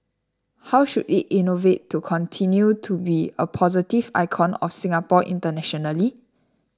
how should it innovate to continue to be a positive icon of Singapore internationally